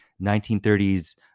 1930s